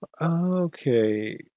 Okay